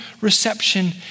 reception